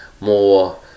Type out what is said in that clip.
More